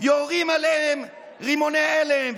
יורים עליהם רימוני הלם